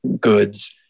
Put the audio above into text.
goods